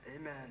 amen